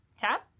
Tab